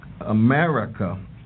America